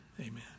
amen